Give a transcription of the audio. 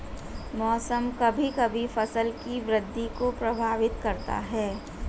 मौसम कभी कभी फसल की वृद्धि को प्रभावित करता है